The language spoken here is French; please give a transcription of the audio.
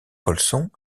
colson